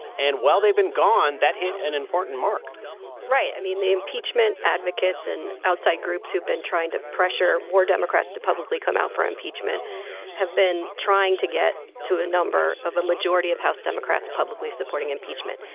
and while they've been gone, that hit an important mark right. i mean, the impeachment advocates and outside groups who've been trying to pressure more democrats to publicly come out for impeachment have been trying to get to a number of a majority of house democrats publicly supporting impeachment.